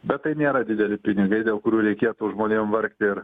bet tai nėra dideli pinigai dėl kurių reikėtų žmonėm vargt ir